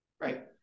Right